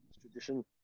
tradition